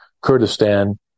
Kurdistan